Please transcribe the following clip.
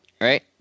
Right